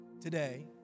today